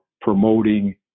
promoting